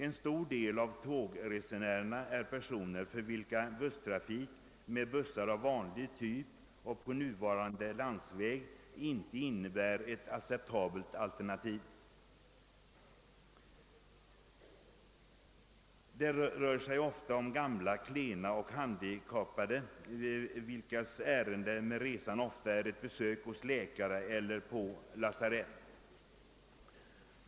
En stor del av tågresenärerna är personer, för vilka busstrafik med bussar av vanlig typ och på nuvarande landsväg inte innebär ett acceptabelt alternativ. Det rör sig ofta om gamla, klena och handikappade, vilkas ärende med resan kan vara ett besök hos läkare eller på lasarett.